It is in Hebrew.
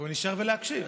או להישאר ולהקשיב.